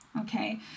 okay